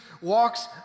walks